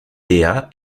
dea